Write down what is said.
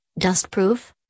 dustproof